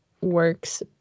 works